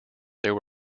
there